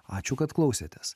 ačiū kad klausėtės